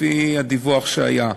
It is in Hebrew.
לפי הדיווח שהיה.